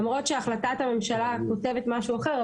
למרות שהחלטת הממשלה כותבת משהו אחר,